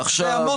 לא להפריע.